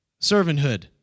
servanthood